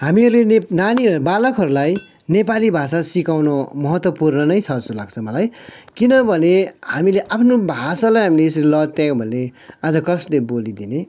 हामीहरूले ने नानी बालकहरूलाई नेपाली भाषा सिकाउनु महत्त्वपूर्ण नै छ जस्तो लाग्छ मलाई किनभने हामीले आफ्नो भाषालाई हामीले यसरी लत्यायौँ भने आज कसले बोलिदिने